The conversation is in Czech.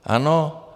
Ano.